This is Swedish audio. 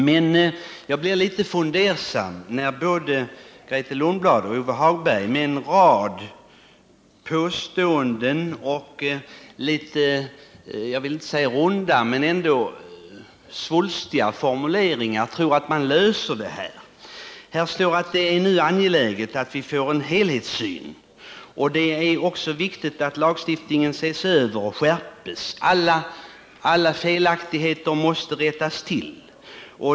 Men jag blir litet fundersam när både Grethe Lundblad och Lars-Ove Hagberg med en rad påståenden och litet svulstiga formuleringar gör gällande att de kan lösa problemet. I betänkandet står att det är angeläget att vi nu får en helhetssyn och att det är viktigt att lagstiftningen ses över och skärps. Alla felaktigheter måste rättas till.